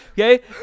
Okay